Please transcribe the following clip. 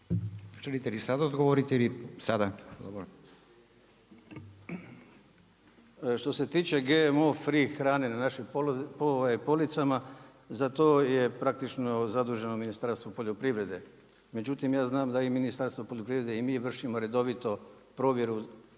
**Plazonić, Željko (HDZ)** Što se tiče GMO free hrane na našim policama za to je praktično zaduženo Ministarstvo poljoprivrede, međutim ja znam da i Ministarstvo poljoprivrede i mi vršimo redovito provjeru